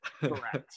correct